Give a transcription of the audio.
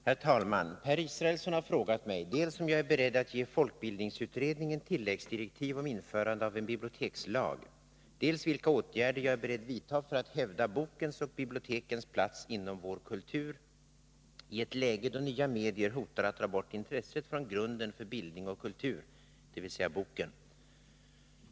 Herr talman! Per Israelsson har frågat mig dels om jag är beredd att ge folkbildningsutredningen tilläggsdirektiv om införande av en bibliotekslag, dels vilka åtgärder jag är beredd vidta för att hävda bokens och bibliotekens plats inom vår kultur i ett läge då nya medier hotar att dra bort intresset från grunden för bildning och kultur, dvs. boken.